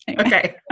Okay